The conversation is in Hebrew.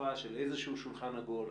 צרופה של איזשהו שולחן עגול.